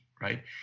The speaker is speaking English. right